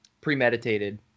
premeditated